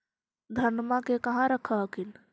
धनमा के कहा रख हखिन?